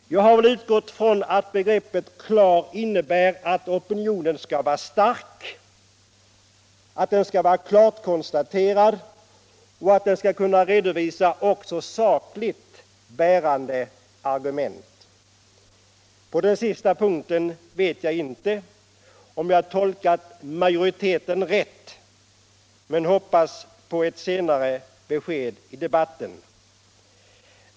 Jag har utgått från att begreppet klar innebär att opinionen skall vara stark, att den skall vara klart konstaterad och att den skall kunna redovisa också sakligt bärande argument. På den sistnämnda punkten vet jag inte om jag har tolkat majoriteten rätt, men jag hoppas på ett besked därom senare i debatten.